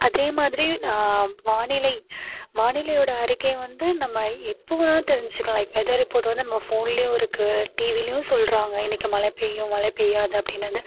அதே மாதிரி வானிலை வானிலையோட அறிக்கை வந்து நம்ம எப்போது வேணாலும் தெரிஞ்சிக்கலாம் லைக் வெதர் ரிப்போர்ட் வந்து நம்ம ஃபோன்லயும் இருக்குது டிவிலயும் சொல்கிறாங்க இன்னிக்கு மழை பெய்யும் மழை பெய்யாது அப்படின்னது